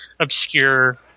obscure